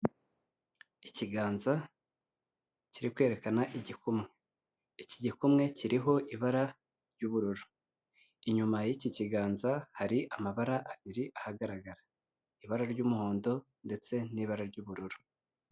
Ikiganza kiri kwerekana igikumwe, iki gikumwe kiriho ibara ry'ubururu, inyuma y'iki kiganza hari amabara abiri ahagaragara, ibara ry'umuhondo ndetse n'ibara ry'ubururu.